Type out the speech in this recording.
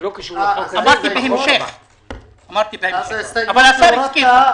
אבל השר הסכים.